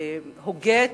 שהוגה את